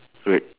red